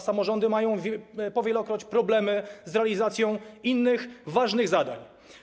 Samorządy mają po wielokroć problemy z realizacją innych ważnych zadań.